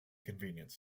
convenience